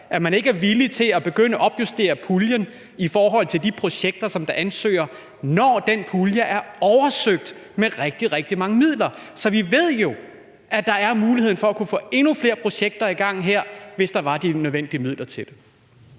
at man ikke er villig til at begynde at opjustere puljen i forhold til de projekter, som ansøger, når den pulje er oversøgt med rigtig, rigtig mange midler. Så vi ved jo, at der er mulighed for at kunne få endnu flere projekter i gang her, hvis der var de nødvendige midler til det.